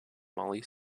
molly